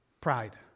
pride